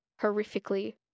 horrifically